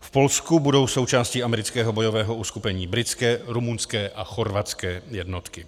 V Polsku budou součástí amerického bojového uskupení britské, rumunské a chorvatské jednotky.